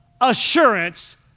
assurance